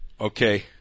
Okay